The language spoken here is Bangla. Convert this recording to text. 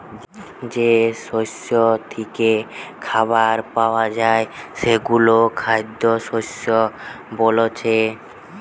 যেই শস্য থিকে খাবার পায়া যায় সেগুলো খাদ্যশস্য বোলছে